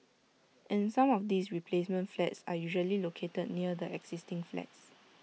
and some of these replacement flats are usually located near the existing flats